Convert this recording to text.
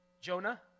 Jonah